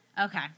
okay